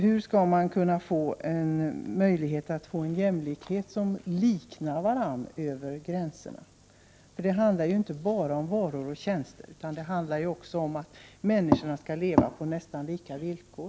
Hur skall det gå att åstadkomma en någorlunda likartad jämlikhet över gränserna? Det handlar inte bara om varor och tjänster, utan det handlar också om att människor skall ha rätt att leva på ungefär samma villkor.